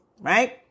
right